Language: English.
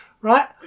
Right